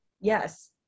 Yes